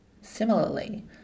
Similarly